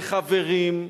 לחברים,